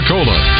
Cola